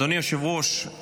אדוני היושב-ראש,